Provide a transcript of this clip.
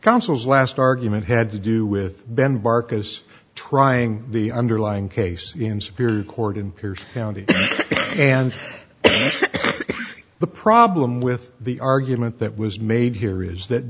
consuls last argument had to do with ben barcus trying the underlying case in superior court in peers county and the problem with the argument that was made here is that